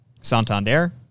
Santander